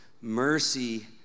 mercy